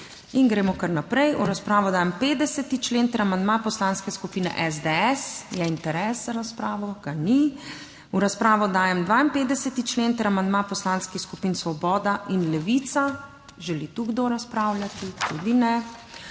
In gremo kar naprej, v razpravo dajem 50. člen ter amandma Poslanske skupine SDS. Je interes za razpravo? Ga ni. V razpravo dajem 52. člen ter amandma poslanskih skupin Svoboda in Levica. Želi kdo razpravljati? Tudi ne.